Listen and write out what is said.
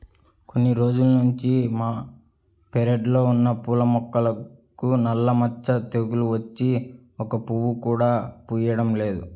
కొన్ని రోజుల్నుంచి మా పెరడ్లో ఉన్న పూల మొక్కలకు నల్ల మచ్చ తెగులు వచ్చి ఒక్క పువ్వు కూడా పుయ్యడం లేదు